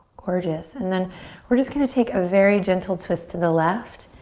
gorgeous and then we're just gonna take a very gentle twist to the left.